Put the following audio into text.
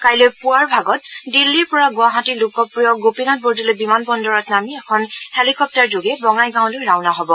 কাইলৈ পুৱাৰ ভাগত দিল্লীৰ পৰা গুৱাহাটী লোকপ্ৰিয় গোপীনাথ বৰদলৈ বিমান বন্দৰত নামি এখন হেলিকপ্টাৰযোগে বঙাইগাঁওলৈ ৰাওণা হব